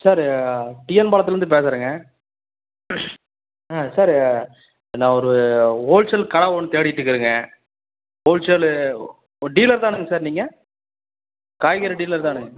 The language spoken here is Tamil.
சார் டிஎன் பாளைத்துல இருந்து பேசுகிறங்க ஆ சார் நான் ஒரு ஓல்சேல் கடை ஒன்னு தேடிட்டுக்கிறேங்க ஓல்சேலு டீலர் தானங்க சார் நீங்கள் காய்கறி டீலர் தானே